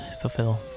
fulfill